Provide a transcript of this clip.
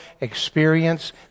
experience